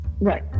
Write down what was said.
Right